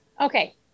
Okay